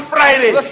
Friday